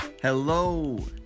hello